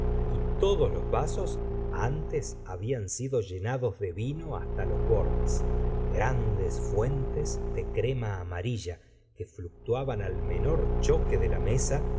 y todos los vasos antes habían sido llenados de vino hasta los bordes grandes fuentes de crema amarilla que fluctuaban al la señora de bovary prtemmemer r reree gustavo flaubert menor choque de la mesa